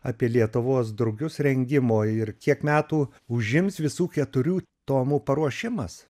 apie lietuvos drugius rengimo ir kiek metų užims visų keturių tomų paruošimas